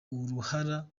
uruhara